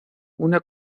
una